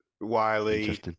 Wiley